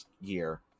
year